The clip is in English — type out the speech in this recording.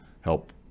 help